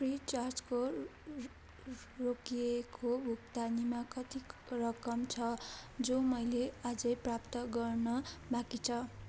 फ्रिचार्जको रोकिएको भुक्तानीमा कति रकम छ जो मैले अझै प्राप्त गर्न बाँकी छ